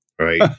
right